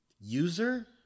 User